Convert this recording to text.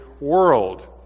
world